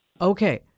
Okay